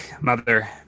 Mother